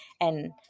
and-